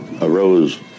arose